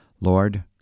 Lord